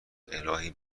االهی